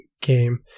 game